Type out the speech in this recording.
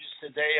today